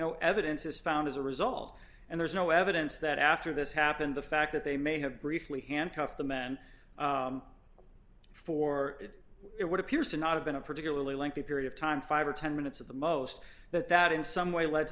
no evidence is found as a result and there's no evidence that after this happened the fact that they may have briefly handcuffed the men for what appears to not have been a particularly lengthy period of time five or ten minutes at the most that that in some way le